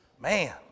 man